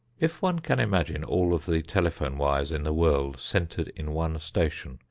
if one can imagine all of the telephone wires in the world centered in one station,